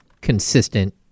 consistent